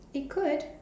it could